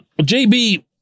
JB